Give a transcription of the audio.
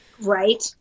Right